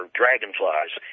dragonflies